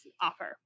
offer